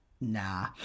nah